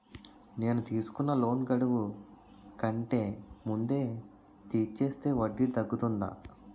నేను తీసుకున్న లోన్ గడువు కంటే ముందే తీర్చేస్తే వడ్డీ తగ్గుతుందా?